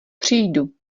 přijdu